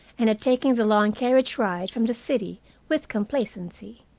and had taken the long carriage-ride from the city with complacency.